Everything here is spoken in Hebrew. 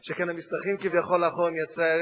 שכן המשתרכים כביכול לאחור הם מייצרי הערך